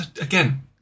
Again